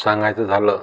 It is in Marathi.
सांगायचं झालं